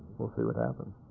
we'll see what happens.